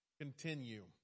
continue